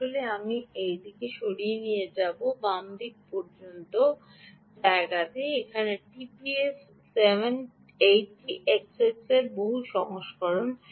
আসলে আমি এটি ডানদিকে সরিয়ে নিয়ে যাব যাতে আমার বাম দিকে পর্যাপ্ত জায়গা থাকে এটি এখানে টিপিএস 780 এক্স এর বহু সংস্করণ